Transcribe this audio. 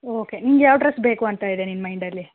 okay ನಿಂಗೆ ಯಾವ dress ಬೇಕು ಅಂತ ಇದೆ ನಿನ್ನ ಮೈಂಡಲ್ಲಿ